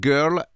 Girl